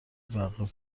بحق